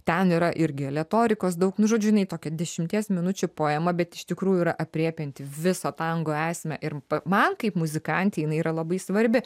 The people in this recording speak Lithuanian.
ten yra ir aletorikos daug nu žodžiu jinai tokia dešimties minučių poema bet iš tikrųjų yra aprėpianti visą tango esmę ir man kaip muzikantei jinai yra labai svarbi